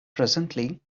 presently